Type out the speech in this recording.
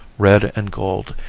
red and gold,